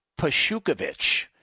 Pashukovich